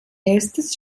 erstes